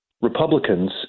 Republicans